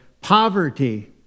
Poverty